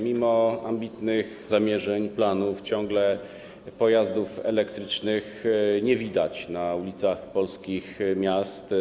Mimo ambitnych zamierzeń, planów ciągle pojazdów elektrycznych nie widać na ulicach polskich miast.